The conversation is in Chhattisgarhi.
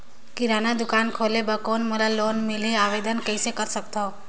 किराना दुकान खोले बर कौन मोला लोन मिलही? आवेदन कइसे कर सकथव?